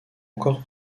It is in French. encore